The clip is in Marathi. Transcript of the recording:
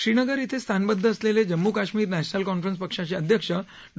श्रीनगर इथे स्थानबद्ध असलेले जम्मू काश्मीर नॅशनल कॉन्फरन्स पक्षाचे अध्यक्ष डॉ